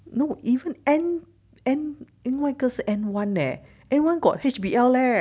no even and and 另外一个是 N one leh N one got H_B_L leh